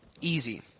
Easy